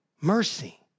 Mercy